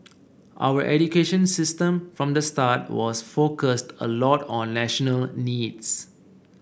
our education system from the start was focused a lot on national needs